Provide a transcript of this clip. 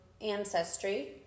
Ancestry